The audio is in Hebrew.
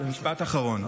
משפט אחרון.